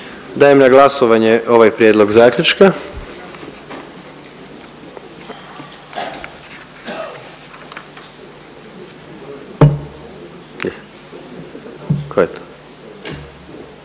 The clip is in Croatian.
dajem na glasovanje slijedeći zaključak.